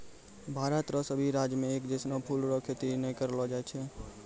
भारत रो सभी राज्य मे एक जैसनो फूलो रो खेती नै करलो जाय छै